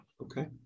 okay